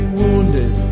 wounded